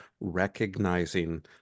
recognizing